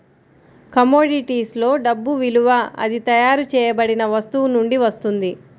కమోడిటీస్లో డబ్బు విలువ అది తయారు చేయబడిన వస్తువు నుండి వస్తుంది